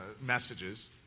messages